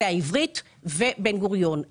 שזה העברית ובן גוריון.